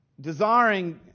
desiring